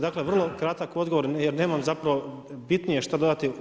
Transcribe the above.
Dakle vrlo kratak odgovor jer nemam zapravo bitnije šta dodati.